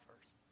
first